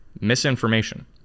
Misinformation